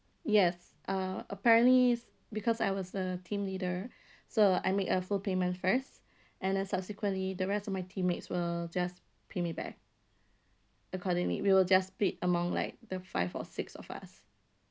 yes uh apparently because I was a team leader so I make a full payment first and then subsequently the rest of my teammates will just pay me back accordingly we will just paid among like the five or six of us